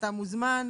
אתה מוזמן,